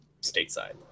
stateside